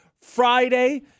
Friday